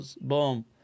boom